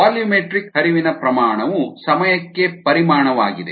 volumetric ಹರಿವಿನ ಪ್ರಮಾಣವು ಸಮಯಕ್ಕೆ ಪರಿಮಾಣವಾಗಿದೆ